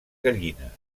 gallines